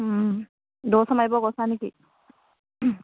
দৌৰ চৌৰ মাৰিব গৈছা নে কি